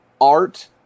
art